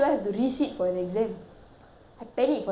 I panic for a minute I got shocked I was like